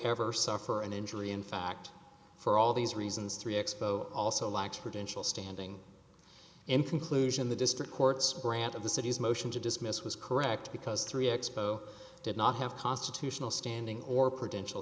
ever suffer an injury in fact for all these reasons three expo also lacks credentials standing in conclusion the district court's grant of the city's motion to dismiss was correct because three expo did not have constitutional standing or potential